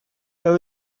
beth